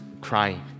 crying